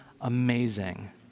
amazing